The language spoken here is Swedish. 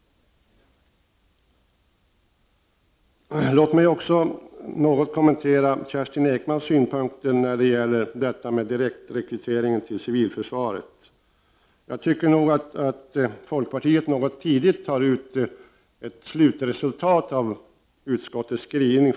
Låt mig också något kommentera Kerstin Ekmans synpunkter på direktrekryteringen till civilförsvaret. Jag tycker nog att folkpartiet något tidigt tar ut slutresultatet av utskottets skrivning.